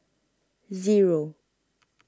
zero